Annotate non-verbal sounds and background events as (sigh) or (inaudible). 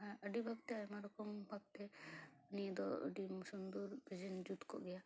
ᱟᱹᱰᱤ ᱵᱷᱟᱜᱽ ᱛᱮ ᱟᱭᱢᱟ ᱨᱚᱠᱚᱢᱵᱷᱟᱵᱛᱮ ᱱᱤᱭᱟᱹ ᱫᱚ (unintelligible) ᱡᱩᱛ ᱠᱚᱜ ᱜᱮᱭᱟ ᱛᱚ